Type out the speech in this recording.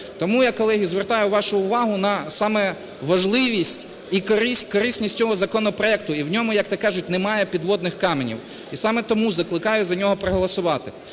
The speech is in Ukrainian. Тому я, колеги, звертаю вашу увагу на саме важливість і корисність цього законопроекту. І в ньому, як то кажуть, немає підводних каменів, і саме тому закликаю за нього проголосувати.